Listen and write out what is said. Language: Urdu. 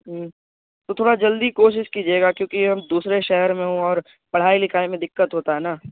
ہوں تو تھوڑا جلدی کوشش کیجیے گا کیونکہ ہم دوسرے شہر میں ہوں اور پڑھائی لکھائی میں دقت ہوتا ہے نا